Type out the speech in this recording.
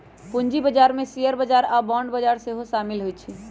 पूजी बजार में शेयर बजार आऽ बांड बजार सेहो सामिल होइ छै